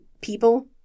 people